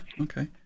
okay